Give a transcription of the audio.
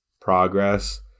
progress